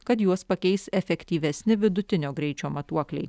kad juos pakeis efektyvesni vidutinio greičio matuokliai